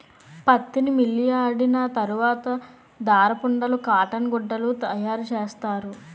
పత్తిని మిల్లియాడిన తరవాత దారపుండలు కాటన్ గుడ్డలు తయారసేస్తారు